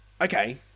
Okay